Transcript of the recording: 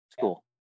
Cool